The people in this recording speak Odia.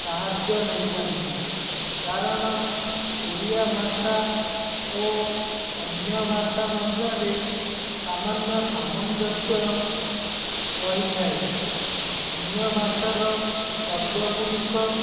ସାହାଯ୍ୟ ନେଇଥାନ୍ତି କାରଣ ଓଡ଼ିଆ ଭାଷା ଓ ଅନ୍ୟ ଭାଷା ମଧ୍ୟରେ ସାମାନ୍ୟ ସାମଞ୍ଜସ୍ୟ ରହିଥାଏ ଅନ୍ୟ ଭାଷାର ଶବ୍ଦ ଗୁଡ଼ିକ